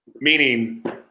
Meaning